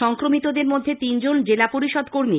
সংক্রমিতদের মধ্যে তিনজন জেলাপরিষদ কর্মী